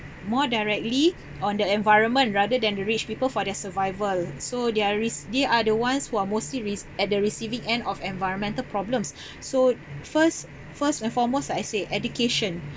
more directly on the environment rather than the rich people for their survival so their risk they are the ones who are more serious at the receiving end of environmental problems so first first and foremost I said education